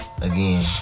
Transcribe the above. Again